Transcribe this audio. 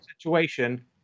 situation